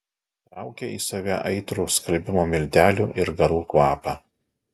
traukė į save aitrų skalbimo miltelių ir garų kvapą